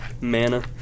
Mana